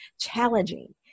challenging